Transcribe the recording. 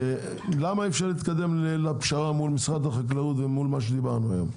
למה אי אפשר להתקדם לפשרה מול משרד החקלאות ומול מה שדיברנו היום?